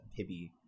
Pibby